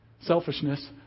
selfishness